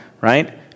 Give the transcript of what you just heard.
right